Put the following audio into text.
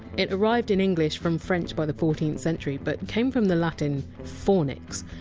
it arrived in english from french by the fourteenth century, but came from the latin! fornix,